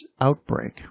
outbreak